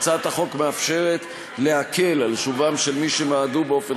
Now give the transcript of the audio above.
והצעת החוק באה לאפשר להקל את שובם של מי שמעדו באופן